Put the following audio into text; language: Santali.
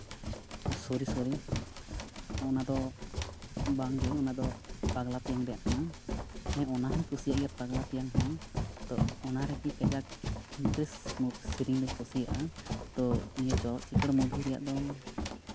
ᱥᱚᱨᱤ ᱥᱚᱨᱤ ᱚᱱᱟᱫᱚ ᱵᱟᱝᱜᱮ ᱚᱱᱟᱫᱚ ᱯᱟᱜᱽᱞᱟ ᱛᱮᱧᱟᱝ ᱨᱮᱭᱟᱜ ᱠᱟᱱᱟ ᱦᱮᱸ ᱚᱱᱟ ᱦᱚᱸᱧ ᱠᱩᱥᱤᱭᱟᱜ ᱜᱮᱭᱟ ᱯᱟᱜᱽᱞᱟ ᱛᱮᱭᱟᱝ ᱦᱚᱸ ᱛᱚ ᱚᱱᱟ ᱨᱮᱜᱮ ᱠᱟᱡᱟᱠ ᱤᱱᱴᱟᱨᱮᱥᱴ ᱥᱮᱨᱮᱧ ᱫᱚᱧ ᱠᱩᱥᱤᱭᱟᱜᱼᱟ ᱛᱚ ᱱᱤᱭᱟᱹ ᱪᱚᱲᱚᱠ ᱪᱤᱠᱟᱹᱲ ᱢᱩᱵᱷᱤ ᱨᱮᱭᱟᱜ ᱫᱚ